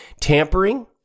tampering